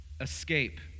Escape